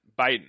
Biden